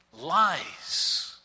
lies